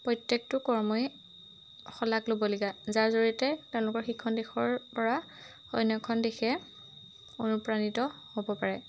প্ৰত্যেকটো কৰ্মই শলাগ ল'বলগীয়া যাৰ জৰিয়তে তেওঁলোকৰ সেইখন দেশৰ পৰা অন্যখন দেশে অনুপ্ৰাণিত হ'ব পাৰে